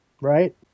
right